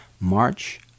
March